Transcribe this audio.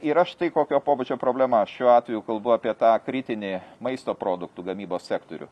yra štai kokio pobūdžio problema šiuo atveju kalbu apie tą kritinį maisto produktų gamybos sektorių